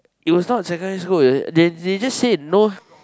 it was not secondary school eh they they just say no